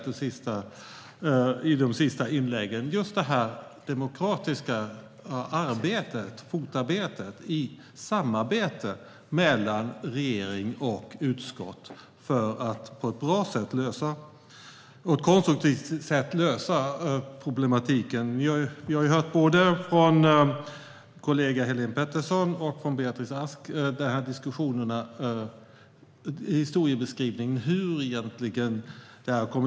Det handlar om det demokratiska arbetet - fotarbetet - i samarbete mellan regering och utskott för att på ett bra och konstruktivt sätt lösa problematiken. Vi har hört diskussionerna och historiebeskrivningen både från kollegan Helene Petersson och från Beatrice Ask. Hur har det här egentligen kommit fram?